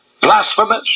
blasphemous